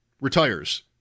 retires